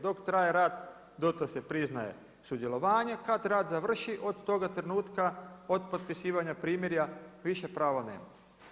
Dok traje rat, dotle se priznaje sudjelovanje, a kad rat završi od toga trenutka, od potpisivanja primirja, više prava nemaju.